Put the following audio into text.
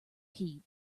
heat